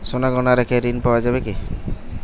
সোনার গহনা রেখে ঋণ পাওয়া যাবে কি?